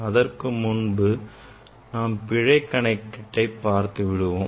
அதற்குமுன் நாம் பிழை கணக்கீட்டை பற்றி பார்த்துவிடுவோம்